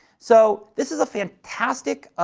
so, this is a fantastic